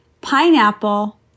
pineapple